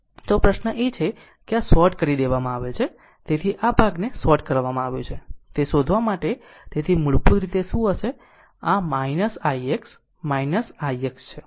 તો પ્રશ્ન એ છે કે આ શોર્ટ કરી દેવામાં આવે છે તેથી આ ભાગને શોર્ટ કરવામાં આવ્યું છે તે શોધવા માટે તેથી મૂળભૂત રીતે શું હશે અને આ ix ix ix ' છે